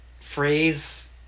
phrase